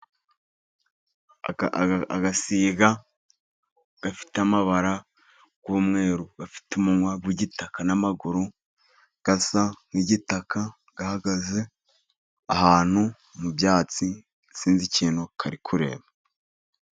Agasiga gafite amabara y'umweru ,gafite umunwa w'igitaka n'amaguru asa n'igitaka gahagaze ahantu mu byatsi ,sinzi ikintu kari kureba.